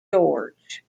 george